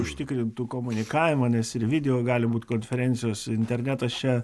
užtikrintų komunikavimą nes ir video gali būti konferencijos internetas čia